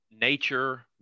nature –